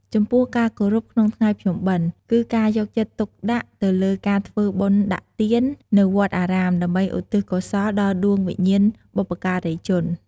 ចំពោះការគោរពក្នុងថ្ងៃភ្ជុំបិណ្ឌ គឺការយកចិត្តទុកដាក់ទៅលើការធ្វើបុណ្យដាក់ទាននៅវត្តអារាមដើម្បីឧទ្ទិសកុសលដល់ដួងវិញ្ញាណបុព្វការីជន។